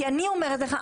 כי אני אומרת לך,